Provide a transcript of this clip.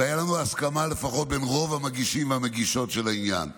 והייתה לנו הסכמה לפחות בין רוב המגישים והמגישות של העניין: